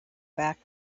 back